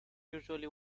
usually